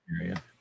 area